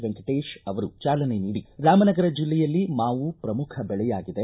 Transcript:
ವೆಂಕಟೇಶ್ ಅವರು ಚಾಲನೆ ನೀಡಿ ರಾಮನಗರ ಜಿಲ್ಲೆಯಲ್ಲಿ ಮಾವು ಪ್ರಮುಖ ಬೆಳೆಯಾಗಿದೆ